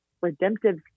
redemptive